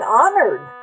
honored